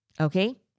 okay